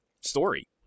story